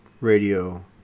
radio